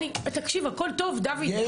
תקשיב, הכל טוב דוד.